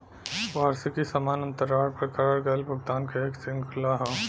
वार्षिकी समान अंतराल पर करल गयल भुगतान क एक श्रृंखला हौ